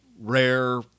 rare